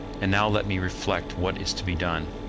and now let me reflect what is to be done.